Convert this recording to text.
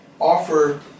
Offer